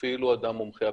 הפדופיל הוא אדם מומחה,